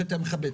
שאתה מכבה.